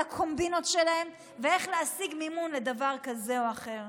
על הקומבינות שלהם ואיך להשיג מימון לדבר כזה או אחר.